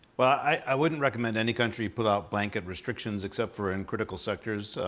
well, i wouldn't recommend any country pull out blanket restrictions except for in critical sectors.